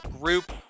group